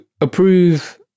approve